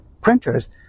printers